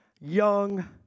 young